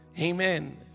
amen